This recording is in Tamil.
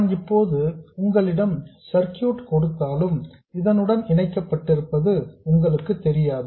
நான் இப்போது உங்களிடம் சர்க்யூட் கொடுத்தாலும் இதனுடன் இணைக்கப் பட்டிருப்பது உங்களுக்கு தெரியாது